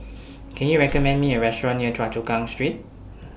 Can YOU recommend Me A Restaurant near Choa Chu Kang Street